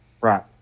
Right